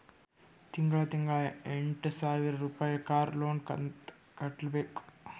ತಿಂಗಳಾ ತಿಂಗಳಾ ಎಂಟ ಸಾವಿರ್ ರುಪಾಯಿ ಕಾರ್ ಲೋನ್ ಅಂತ್ ಕಟ್ಬೇಕ್